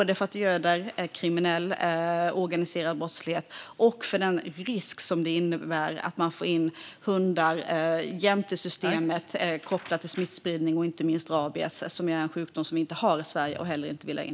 Det göder nämligen organiserad brottslighet. Och får man in hundar jämte systemet innebär det en risk för smittspridning, inte minst av rabies, som är en sjukdom som vi inte har i Sverige och heller inte vill ha.